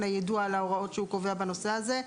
היידוע על ההוראות שהוא קובע בנושא הזה.